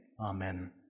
Amen